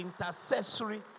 intercessory